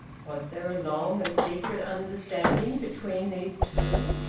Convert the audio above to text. was there a long and secret understanding between these two?